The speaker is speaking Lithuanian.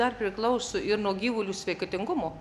dar priklauso ir nuo gyvulių sveikatingumo